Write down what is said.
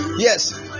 yes